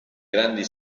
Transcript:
grandi